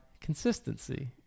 Consistency